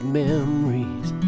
memories